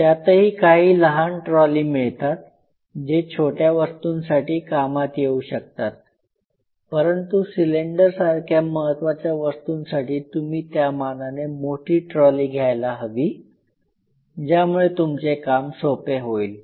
त्यातही काही लहान ट्रॉली मिळतात जे छोट्या वस्तूंसाठी कामात येऊ शकतात परंतु सिलेंडरसारख्या महत्त्वांच्या वस्तूसाठी तुम्ही त्या मानाने मोठी ट्रॉली घ्यायला हवी ज्यामुळे तुमचे काम सोपे होईल